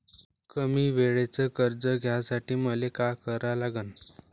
कमी वेळेचं कर्ज घ्यासाठी मले का करा लागन?